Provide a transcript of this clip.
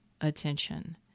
attention